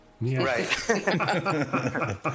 Right